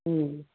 ਹੂੰ